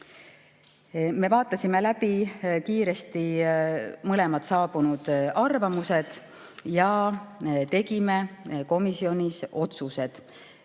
Me vaatasime kiiresti läbi mõlemad saabunud arvamused ja tegime komisjonis otsused.